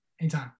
Anytime